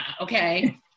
okay